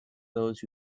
those